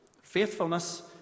Faithfulness